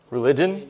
Religion